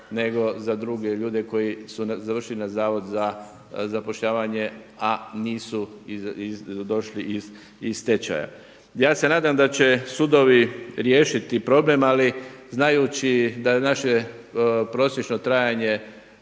nego za druge ljude koji su završili na zavodu za zapošljavanje a nisu došli iz stečaja. Ja se nadam da će sudovi riješiti problem ali znajući da naše prosječno trajanje